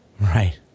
Right